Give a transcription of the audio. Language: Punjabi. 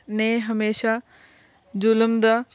ਨੇ ਹਮੇਸ਼ਾਂ ਜ਼ੁਲਮ ਦਾ